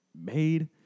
made